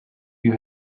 you